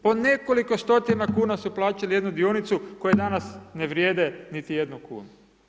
Po nekoliko stotina kuna su plaćali jednu dionicu koje danas ne vrijede niti jednu kunu.